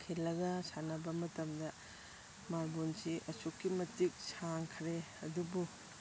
ꯈꯤꯜꯂꯒ ꯁꯥꯟꯅꯕ ꯃꯇꯝꯗ ꯃꯥꯔꯕꯣꯜꯁꯤ ꯑꯁꯨꯛꯀꯤ ꯃꯇꯤꯛ ꯁꯥꯡꯈ꯭ꯔꯦ ꯑꯗꯨꯕꯨ